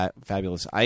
fabulous